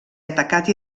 atacat